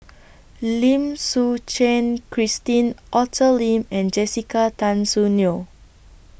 Lim Suchen Christine Arthur Lim and Jessica Tan Soon Neo